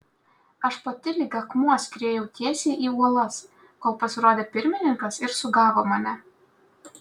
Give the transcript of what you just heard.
aš pati lyg akmuo skriejau tiesiai į uolas kol pasirodė pirmininkas ir sugavo mane